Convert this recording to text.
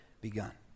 begun